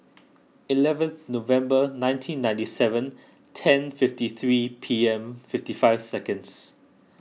eleventh November nineteen ninety seven ten fifty three P M fifty five seconds